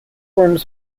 worms